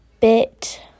Bit